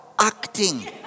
Acting